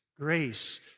grace